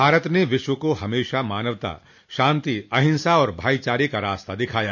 भारत ने विश्व को हमेशा मानवता शांति अहिंसा और भाईचारे का रास्ता दिखाया